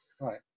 Right